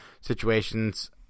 situations